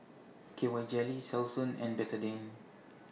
K Y Jelly Selsun and Betadine